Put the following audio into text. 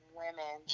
women